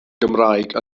gymraeg